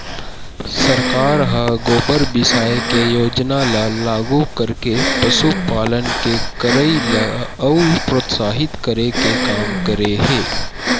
सरकार ह गोबर बिसाये के योजना ल लागू करके पसुपालन के करई ल अउ प्रोत्साहित करे के काम करे हे